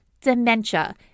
dementia